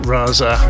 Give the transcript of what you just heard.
Raza